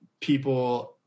people